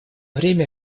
время